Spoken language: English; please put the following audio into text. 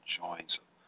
joins